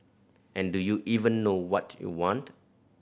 and do you even know what you want